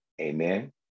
Amen